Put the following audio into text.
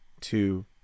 two